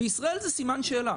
בישראל זה סימן שאלה.